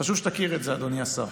חשוב שתכיר את זה, אדוני השר.